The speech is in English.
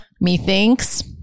Methinks